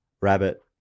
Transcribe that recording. Rabbit